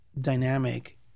dynamic